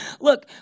Look